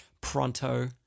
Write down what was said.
Pronto